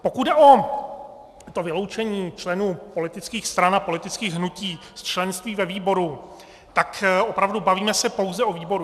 Pokud jde o to vyloučení členů politických stran a politických hnutí z členství ve výboru, tak opravdu bavíme se pouze o výboru.